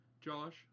Josh